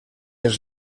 els